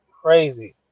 Crazy